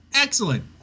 Excellent